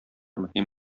мөһим